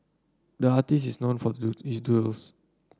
the artist is known for is doodles